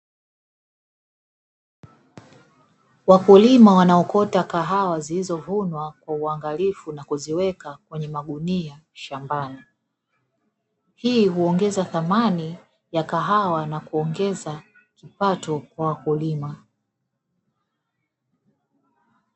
Wakulima wanaokota kahawa zilizovunwa kwa uangalifu na kuziweka kwenye magunia shambani, hii huongeza thamani ya kahawa na kuongeza kipato kwa wakulima.